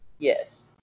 Yes